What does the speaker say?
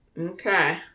okay